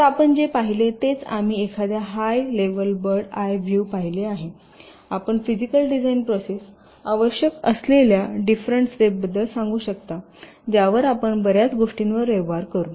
तर आपण जे पाहिले तेच आम्ही एखाद्या high level bird eye view पाहिले आहे आपण फिजिकल डिझाइन प्रोसेस आवश्यक असलेल्या डिफरेन्ट स्टेपबद्दल सांगू शकता ज्यावर आपण बर्याच गोष्टींवर व्यवहार करू